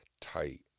tight